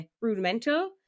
Rudimental